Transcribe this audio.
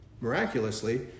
miraculously